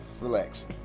relax